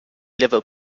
liver